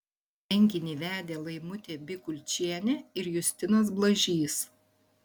renginį vedė laimutė bikulčienė ir justinas blažys